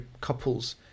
couples